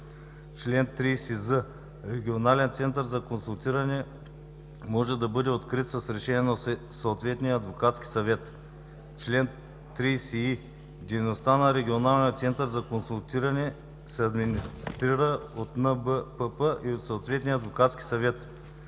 Чл. 30з. Регионален център за консултиране може да бъде открит с решение на съответния адвокатски съвет. Чл. 30и. Дейността на Регионалния център за консултиране се администрира от НБПП и от съответния адвокатски съвет.